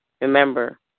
Remember